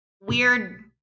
weird